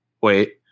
wait